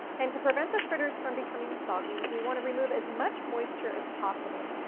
and to prevent the fritters from becoming soggy, we want to remove as much moisture as possible.